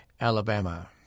Alabama